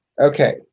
Okay